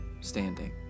standing